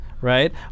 right